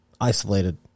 Isolated